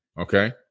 Okay